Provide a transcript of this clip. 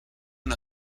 and